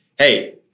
Hey